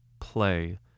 play